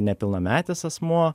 nepilnametis asmuo